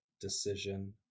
decision